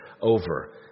over